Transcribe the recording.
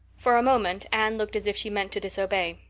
for a moment anne looked as if she meant to disobey.